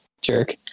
jerk